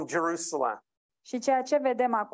Jerusalem